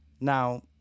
Now